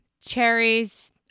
cherries